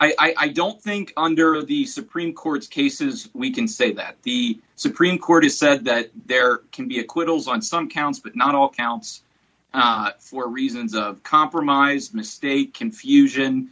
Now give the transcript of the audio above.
doubt i don't think under the supreme court's cases we can say that the supreme court has said that there can be acquittals on some counts but not all counts for reasons of compromise misstate confusion